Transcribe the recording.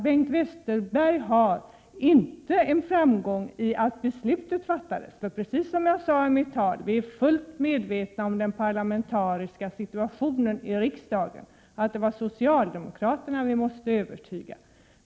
Bengt Westerberg har inte nått en framgång genom att beslutet fattades, för precis som jag sade i mitt anförande är vi fullt medvetna om den parlamentariska situationen i riksdagen. Det var socialdemokraterna som vi måste övertyga.